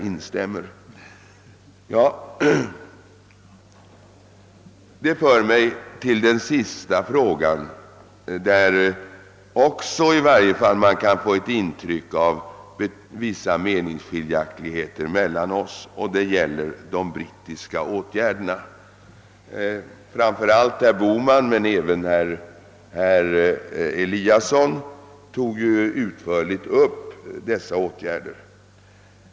Detta för mig över till den sista frå San, där man i varje fall kan få ett intryck av att det finns vissa menings Skiljaktigheter mellan oss, nämligen frå San om de brittiska åtgärderna. Framför allt herr Bohman, men även herr Eliasson i Sundborn, tog upp dessa åtgärder i sina respektive anföranden.